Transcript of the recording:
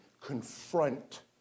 confront